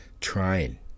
trying